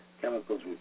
Chemicals